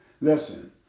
Listen